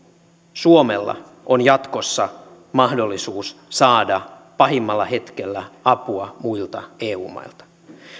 suomella on jatkossa mahdollisuus saada pahimmalla hetkellä apua muilta eu mailta